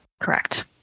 Correct